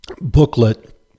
booklet